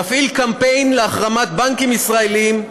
מפעיל קמפיין להחרמת בנקים ישראליים,